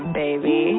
baby